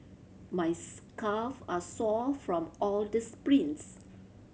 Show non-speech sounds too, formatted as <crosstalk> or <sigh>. my <unintelligible> calve are sore from all the sprints